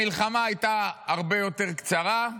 המלחמה הייתה הרבה יותר קצרה,